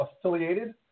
affiliated